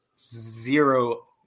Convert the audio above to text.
zero